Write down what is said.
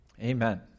Amen